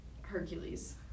Hercules